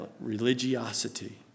religiosity